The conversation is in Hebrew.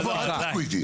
אל תשחקו איתי.